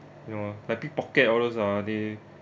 you know like pick pocket all those ah they